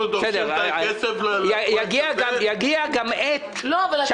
אנחנו דורשים את הכסף לפרויקט הזה.